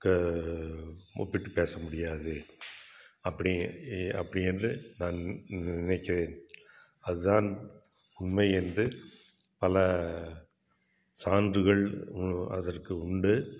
ஒப்பிட்டுப் பேச முடியாது அப்படி அப்படி என்று நான் நினைக்கிறேன் அதுதான் உண்மை என்று பலச் சான்றுகள் அதற்கு உண்டு